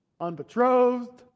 unbetrothed